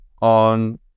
on